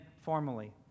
formally